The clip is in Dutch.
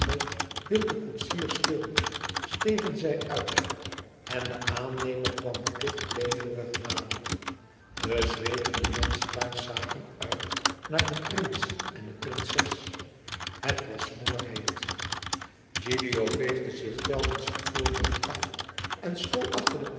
hield de koetsier stil stegen zij uit en de aannemer kwam plichtplegerig nader de zweetende metselaars zagen uit naar den prins en de prinses het was smoorheet gilio veegde zich telkens het voorhoofd af en school achter den